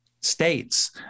states